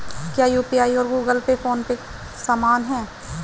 क्या यू.पी.आई और Google Pay PhonePe समान हैं?